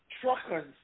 truckers